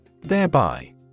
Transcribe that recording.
Thereby